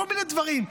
או כל מיני דברים,